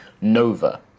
Nova